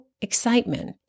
excitement